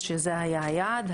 שזה היה היעד,